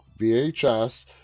vhs